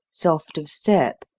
soft of step,